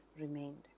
remained